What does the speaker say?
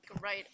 right